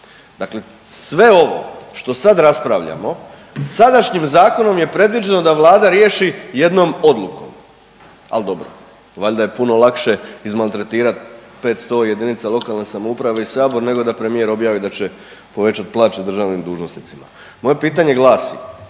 Dakle sve ovo što sad raspravljamo, sadašnjim zakonom je predviđeno da Vlada riješi jednom odlukom. Al' dobro, valjda je puno lakše izmaltretirat 500 jedinica lokalne samouprave i Sabor nego da premijer objavi da će povećati plaće državnim dužnosnicima. Moje pitanje glasi,